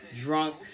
Drunk